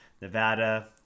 Nevada